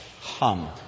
hum